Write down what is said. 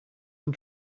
and